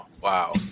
wow